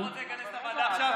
אתה רוצה לכנס את הוועדה עכשיו?